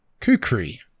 Kukri